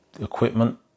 equipment